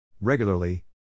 regularly